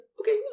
okay